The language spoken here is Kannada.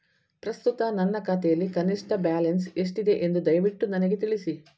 ಪ್ರಸ್ತುತ ನನ್ನ ಖಾತೆಯಲ್ಲಿ ಕನಿಷ್ಠ ಬ್ಯಾಲೆನ್ಸ್ ಎಷ್ಟಿದೆ ಎಂದು ದಯವಿಟ್ಟು ನನಗೆ ತಿಳಿಸಿ